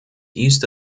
used